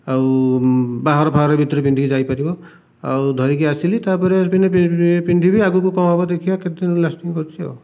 ଆଉ ବାହାଘର ଫାହାଘର ଭିତରେ ପିନ୍ଧିକ ଯାଇ ପାରିବ ଆଉ ଧରିକି ଆସିଲି ତାପରେ ଦିନେ ପିନ୍ଧିବି ଆଗକୁ କ'ଣ ହେବ ଦେଖିବା କେତେ ଦୂର ଲାଷ୍ଟିଙ୍ଗ କରୁଛି ଆଉ